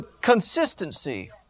Consistency